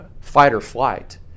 fight-or-flight